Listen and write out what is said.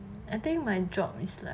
I think my job is like